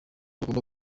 bagomba